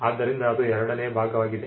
ಆದ್ದರಿಂದ ಅದು ಎರಡನೇ ಭಾಗವಾಗಿದೆ